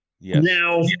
Now